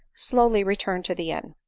slowly returned to the inn.